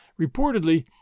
Reportedly